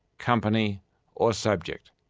company or subject.